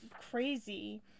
crazy